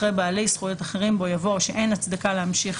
אחרי "בעלי זכויות אחרים בו" יבוא "או שאין הצדקה להמשיך